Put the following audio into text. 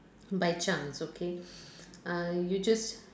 by chance okay uh you just